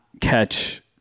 catch